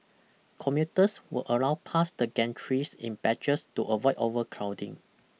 commuters were allowed past the gantries in batches to avoid overcrowding